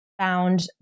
found